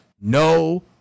No